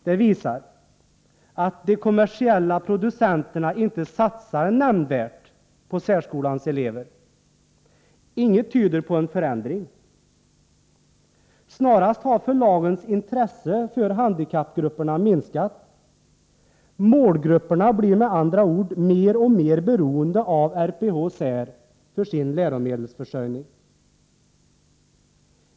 Det talar om att de kommersiella producenterna inte satsar nämnvärt på särskolans elever. Inget tyder på en förändring. Snarast har förlagens intresse för handikappgrupperna minskat. Målgrupperna blir med andra ord mer och mer beroende av RPH-SÄR för sin läromedelsförsörjning.